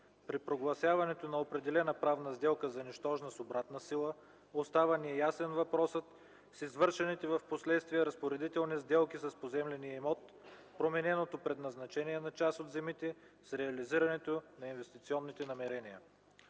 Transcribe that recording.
При прогласяването на определена правна сделка за нищожна с обратна сила остава неясен въпросът с извършените впоследствие разпоредителни сделки с поземления имот, промененото предназначение на част от земите, с реализираните инвестиционни намерения.